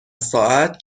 ساعت